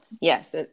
yes